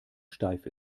steif